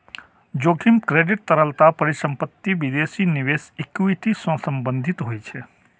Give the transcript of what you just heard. जोखिम क्रेडिट, तरलता, परिसंपत्ति, विदेशी निवेश, इक्विटी सं संबंधित होइ छै